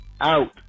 Out